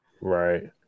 Right